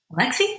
Lexi